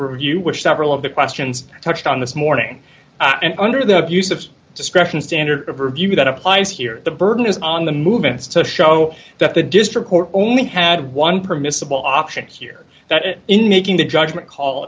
review which several of the questions touched on this morning under the abuse of discretion standard of review that applies here the burden is on the movements to show that the district court only had one permissible option here that it in making the judgment call